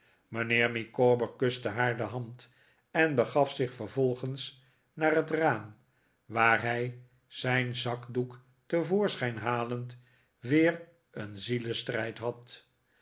mijnheer micawber kuste haar de hand en begaf zich vervolgens naar het raam waar hij zijn zakdoek te voorschijn halend weer een zielestrijd had